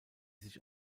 sich